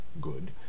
good